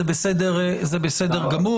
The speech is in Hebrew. זה בסדר גמור.